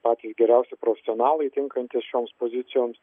patys geriausi profesionalai tinkantys šioms pozicijoms